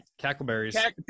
cackleberries